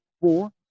four